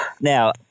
Now